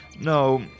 No